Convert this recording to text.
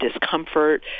discomfort